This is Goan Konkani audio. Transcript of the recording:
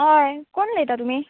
हय कोण उलयता तुमी